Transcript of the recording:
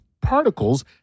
particles